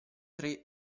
tre